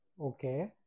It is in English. Okay